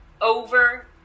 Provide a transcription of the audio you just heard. over